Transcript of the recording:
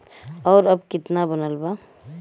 और अब कितना बनल बा?